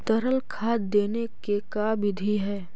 तरल खाद देने के का बिधि है?